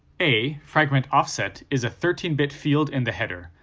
a, fragment offset, is a thirteen bit field in the header,